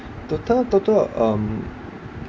total total um